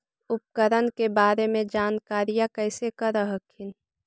उपकरण के बारे जानकारीया कैसे कर हखिन?